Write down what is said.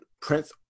Prince